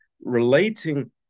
relating